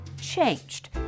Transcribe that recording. changed